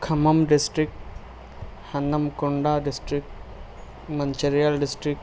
Khammam district Hanamkonda district Mancherial district